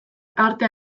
artea